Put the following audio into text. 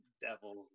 Devil's